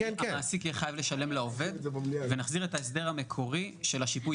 המעסיק יחויב לשלם לעובד ונחזיר את ההסדר המקורי של השיפוי